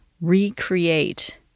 recreate